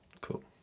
cool